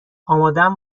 آمادم